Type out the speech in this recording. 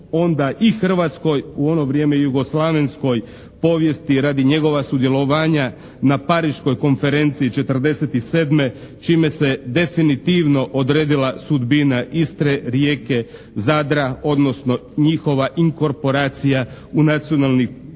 onda i hrvatskoj, u ono vrijeme jugoslavenskoj povijesti radi njegova sudjelovanja na Pariškoj konferenciji '47. čime se definitivno odredila sudbina Istre, Rijeke, Zadra, odnosno njihova inkorporacija u nacionalni korpus